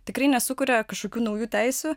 tikrai nesukuria kažkokių naujų teisių